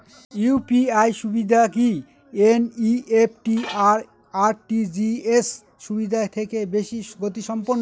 UPI সুবিধা কি NEFT আর আর.টি.জি.এস সুবিধা থেকে বেশি গতিসম্পন্ন?